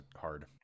hard